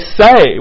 say